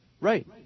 Right